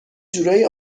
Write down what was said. جورایی